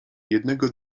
jednego